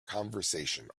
conversation